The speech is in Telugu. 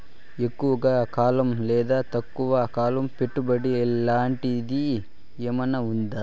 ఎక్కువగా కాలం లేదా తక్కువ కాలం పెట్టుబడి లాంటిది ఏమన్నా ఉందా